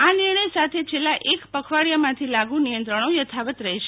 આ નિર્ણય સાથે છેલ્લા એક પખવાડીયામાંથી લાગુ નિયંત્રણો યથાવત રહેશે